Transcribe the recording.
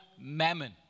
mammon